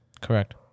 Correct